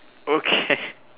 okay